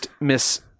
Miss